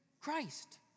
Christ